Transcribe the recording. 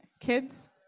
Kids